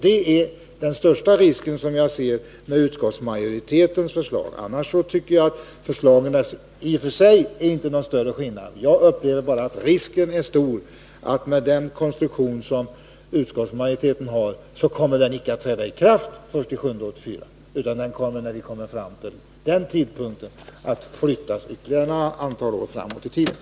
Det är, som jag ser det, den största risken med utskottsmajoritetens förslag. Annars tycker jag, i och för sig, inte att förslagen har någon större skillnad. Jag upplever bara att risken är stor — med den konstruktion som utskottsmajoritetens förslag har — att förslaget icke kommer att träda i kraft den 1 juli 1984. När vi kommer till den tidpunkten kommer beslutet att flyttas ytterligare ett antal år framåt i tiden.